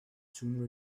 soon